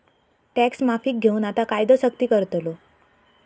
tax माफीक घेऊन आता कायदो सख्ती करतलो